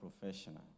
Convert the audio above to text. professional